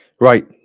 Right